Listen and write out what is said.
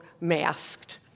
masked